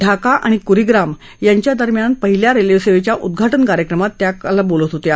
ढाका आणि कुरीग्राम यांच्यादरम्यान पहिल्या रेल्वेसेवेच्या उद्घाटन कार्यक्रमात त्या काल बोलत होत्या